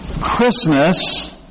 Christmas